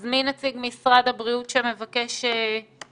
אז מי נציג משרד הבריאות שמבקש לדבר?